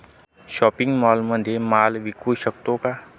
Shopping मॉलमध्ये माल विकू शकतो का?